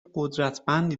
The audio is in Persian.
قدرتمندی